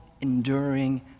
enduring